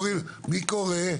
מי קורא?